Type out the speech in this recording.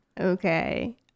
Okay